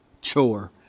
chore